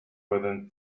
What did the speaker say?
within